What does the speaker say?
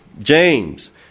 James